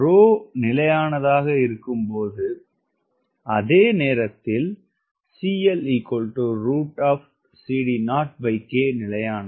ρ நிலையானதாக இருக்கும்போது அதே நேரத்தில் Cl நிலையானது